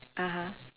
(uh huh)